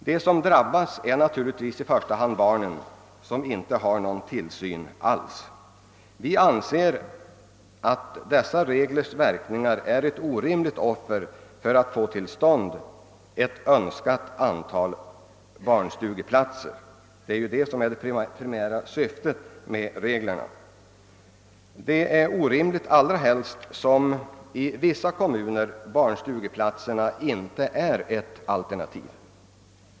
De som drabbas är natur ligtvis i första hand de barn som inte har någon tillsyn alls. Vi anser att dessa reglers verkningar medför ett orimligt offer för att få till stånd ett önskat antal barnstugeplatser — det är ju det som är det primära syftet med dessa regler. Och reglerna är så mycket mer orimliga som familjedaghem i vissa kommuner är det enda alternativet.